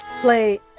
play